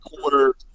quarter